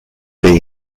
having